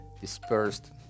dispersed